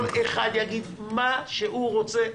כל אחד יגיד מה שהוא רוצה,